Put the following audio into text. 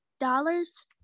dollars